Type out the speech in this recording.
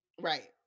Right